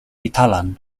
italan